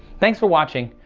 thanks for watching,